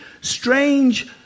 strange